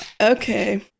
Okay